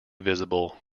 visible